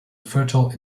fertile